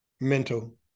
mental